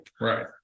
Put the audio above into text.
Right